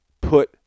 put